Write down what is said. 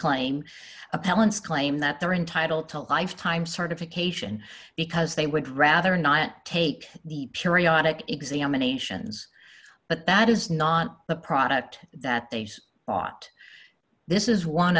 claim appellants claim that they're entitled to lifetime certification because they would rather not take the periodic examinations but that is not the product that they've bought this is one